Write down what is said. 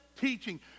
teaching